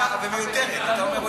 ומיותרת, אתה אומר.